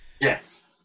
Yes